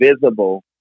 visible